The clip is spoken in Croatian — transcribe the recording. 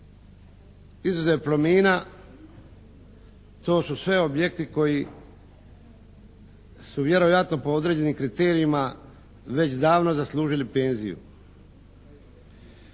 izuzev Plomina, to su sve objekti koji su vjerojatno po određenim kriterijima već davno zaslužili penziju.